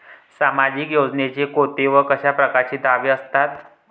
सामाजिक योजनेचे कोंते व कशा परकारचे दावे असतात?